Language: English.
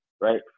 right